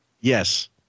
Yes